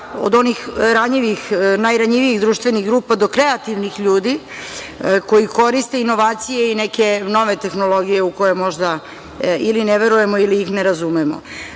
ranjivih, najranjivijih društvenih grupa, do kreativnih ljudi, koji koriste inovacije i neke nove tehnologije u koje možda ili ne verujemo ili ih ne razumemo. Radna